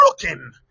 broken